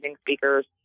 speakers